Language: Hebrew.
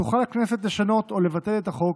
תוכל הכנסת לשנות או לבטל את החוק,